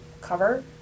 cover